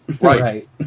Right